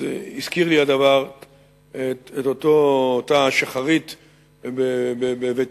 הזכיר לי הדבר את אותה שחרית בבית-הכנסת,